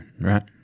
right